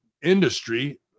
industry